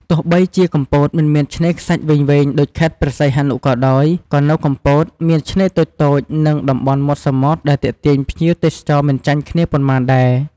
ទោះបីជាកំពតមិនមានឆ្នេរខ្សាច់វែងៗដូចខេត្តព្រះសីហនុក៏ដោយ ក៏នៅកំពតមានឆ្នេរតូចៗ និងតំបន់មាត់សមុទ្រដែលទាក់ទាញភ្ញៀវទេសចរមិនចាញ់គ្នាប៉ុន្មានដែរ។